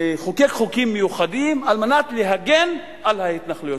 לחוקק חוקים מיוחדים על מנת להגן על ההתנחלויות,